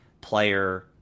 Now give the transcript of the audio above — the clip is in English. player